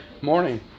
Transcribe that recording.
Morning